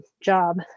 job